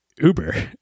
uber